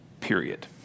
period